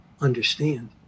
understand